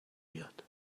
بیاد